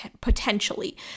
potentially